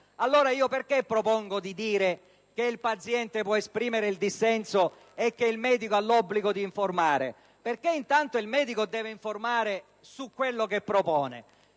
allora propongo di dire che il paziente può esprimere il dissenso e che il medico ha l'obbligo di informare? Perché intanto il medico deve informare su quello che propone;